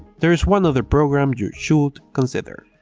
there is one other program you should consider.